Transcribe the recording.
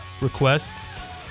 requests